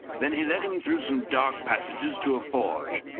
then he led him through some dark passages to a forge,